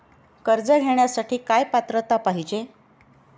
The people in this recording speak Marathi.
कर्ज घेण्यासाठी काय पात्रता पाहिजे?